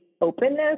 openness